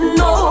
no